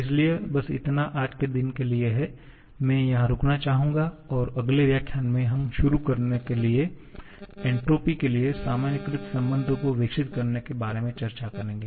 इसलिए बसइतना आज के दिन के लिए है मैं यहां रुकना चाहूंगा और अगले व्याख्यान में हम शुरू करने के लिए एन्ट्रापी के लिए सामान्यीकृत संबंधों को विकसित करने के बारे में चर्चा करेंगे